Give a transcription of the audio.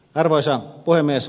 arvoisa puhemies